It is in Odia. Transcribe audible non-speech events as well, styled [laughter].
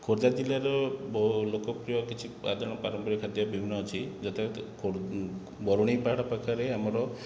ଖୋର୍ଦ୍ଧା ଜିଲ୍ଲାର ବ ଲୋକପ୍ରିୟ କିଛି [unintelligible] ପାରମ୍ପାରିକ ଖାଦ୍ୟ ବିଭିନ୍ନ ଅଛି ଯଥା [unintelligible] ବରୁଣେଇ ପାହାଡ଼ ପାଖରେ ଆମର